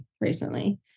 recently